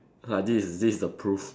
ah this this is the prove